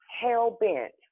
hell-bent